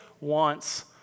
wants